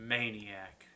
Maniac